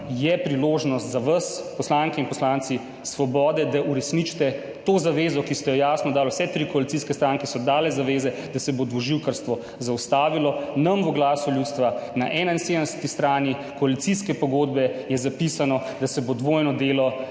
priložnost za vas poslanke in poslanci Svobode, da uresničite to zavezo, ki ste jo jasno dali, vse tri koalicijske stranke so dale zaveze, da se bo dvoživkarstvo zaustavilo, nam v Glasu ljudstva, na 71. strani koalicijske pogodbe je zapisano, da se bo dvojno delo